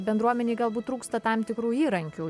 bendruomenei galbūt trūksta tam tikrų įrankių